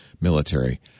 military